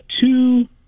two